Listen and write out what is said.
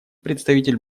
представитель